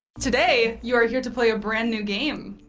today, you are here to play a brand new game.